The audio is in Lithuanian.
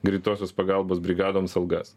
greitosios pagalbos brigadoms algas